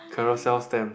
carousell stamp